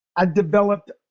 ah developed